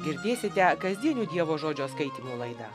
girdėsite kasdienių dievo žodžio skaitymo laidą